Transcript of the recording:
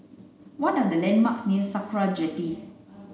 what are the landmarks near Sakra Jetty